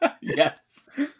Yes